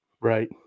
Right